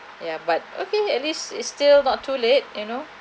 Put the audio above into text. ya but okay at least is still not too late you know